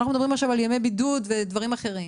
אנחנו מדברים עכשיו על ימי בידוד ודברים אחרים.